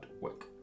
work